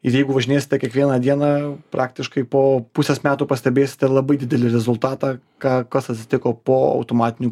ir jeigu važinėsite kiekvieną dieną praktiškai po pusės metų pastebėsite labai didelį rezultatą kas atsitiko po automatinių plovyklų